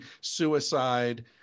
suicide